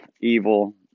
evil